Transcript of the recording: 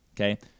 Okay